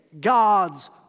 God's